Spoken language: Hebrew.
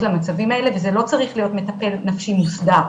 למצבים האלה וזה לא צריך להיות מטפל נפשי מוסדר,